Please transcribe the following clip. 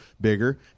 bigger